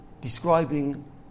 describing